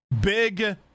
big